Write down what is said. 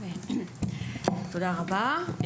תודה רבה.